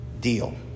deal